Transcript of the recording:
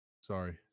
Sorry